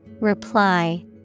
Reply